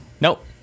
Nope